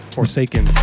Forsaken